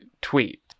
tweet